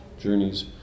journeys